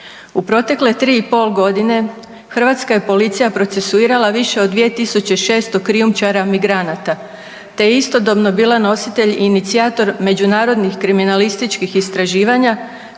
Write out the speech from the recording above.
U protekle 3,5 godine hrvatska je policija procesuirala više od 2600 krijumčara migranata te je istodobno bila nositelj i inicijator međunarodnih kriminalističkih istraživanja